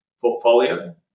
portfolio